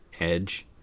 edge